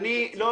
ברשותך,